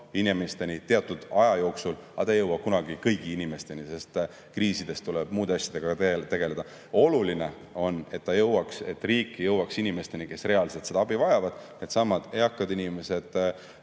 inimesteni teatud aja jooksul, aga ta ei jõua kunagi kõigi inimesteni, sest kriisides tuleb muude asjadega ka tegeleda. Oluline on, et riik jõuaks inimesteni, kes reaalselt seda abi vajavad – needsamad eakad inimesed,